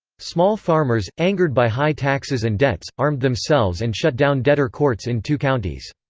small farmers, angered by high taxes and debts, armed themselves and shut down debtor courts in two counties.